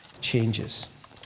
changes